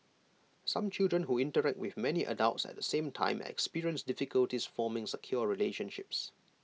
some children who interact with many adults at the same time experience difficulties forming secure relationships